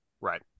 right